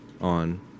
on